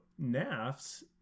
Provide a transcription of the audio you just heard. NAFS